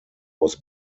was